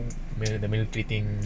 where the minitary thing